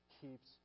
keeps